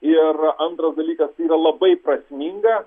ir antras dalykas tai yra labai prasminga